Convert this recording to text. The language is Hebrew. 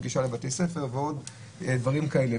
שלא הייתה להם גישה לבתי ספר ועוד דברים כאלה.